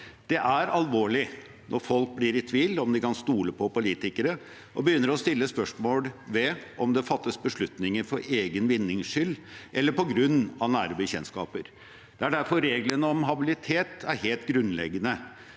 Det er alvorlig når folk blir i tvil om de kan stole på politikere og begynner å stille spørsmål ved om det fattes beslutninger for egen vinnings skyld, eller på grunn av nære bekjentskaper. Det er derfor reglene om habilitet er helt grunnleggende